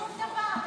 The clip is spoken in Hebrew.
שום דבר,